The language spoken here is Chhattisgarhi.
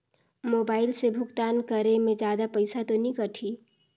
मोबाइल से भुगतान करे मे जादा पईसा तो नि कटही?